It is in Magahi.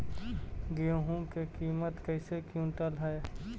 गेहू के किमत कैसे क्विंटल है?